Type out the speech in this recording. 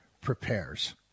prepares